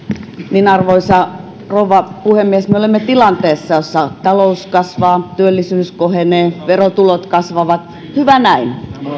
arvoisa rouva puhemies me olemme tilanteessa jossa talous kasvaa työllisyys kohenee verotulot kasvavat hyvä näin